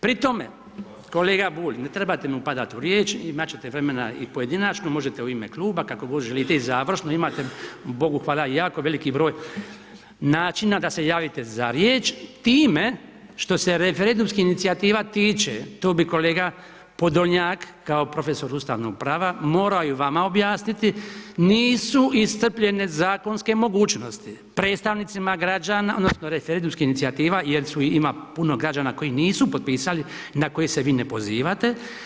Pri tome, kolega Bulj, ne trebate mi upadati u riječ imati ćete vremena i pojedinačno, možete u ime kluba kako god želite i završno imate bogu hvala jako veliki broj načina da se javite za riječ time što se referendumskih inicijativa tiče to bi kolega Podolnjak kao profesor ustavnog prava morao i vama objasniti, nisu iscrpljene zakonske mogućnosti, predstavnicima građana odnosno referendumskih inicijativa jer su ima puno građana koji nisu potpisali na koji se vi ne pozivate.